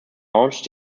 launched